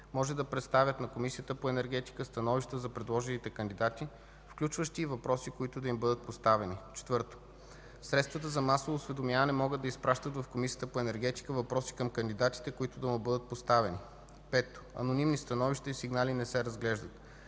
може да представят на Комисията по енергетика становища за предложените кандидати, включващи и въпроси, които да им бъдат поставени. 4. Средствата за масово осведомяване могат да изпращат в Комисията по енергетика въпроси към кандидатите, които да му бъдат поставени. 5. Анонимни становища и сигнали не се разглеждат.